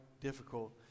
difficult